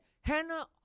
Hannah